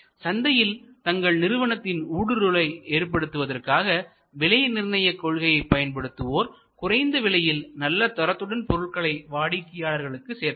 சந்தையில் தங்கள் நிறுவனத்தின் ஊடுருவலை ஏற்படுத்துவதற்காக விலை நிர்ணய கொள்கையை பயன்படுத்துவோர் குறைந்த விலையில் நல்ல தரத்துடன் பொருள்களை வாடிக்கையாளர்களுக்கு சேர்ப்பர்